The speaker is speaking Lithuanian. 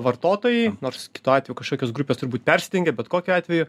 vartotojai nors kitu atveju kažkokios grupės turbūt persidengia bet kokiu atveju